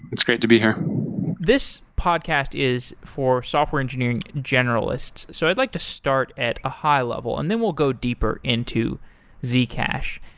it's great to be here this podcast is for software engineering generalists. so i'd like to start at a high level, and then we'll go deeper into zcash.